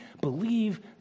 believe